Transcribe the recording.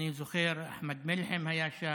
אני זוכר שאחמד מלחם היה שם,